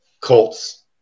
Colts